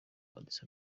addis